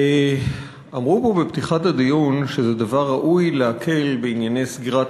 אמרו פה בפתיחת הדיון שזה דבר ראוי להקל בענייני סגירת